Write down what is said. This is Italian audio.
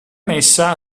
messa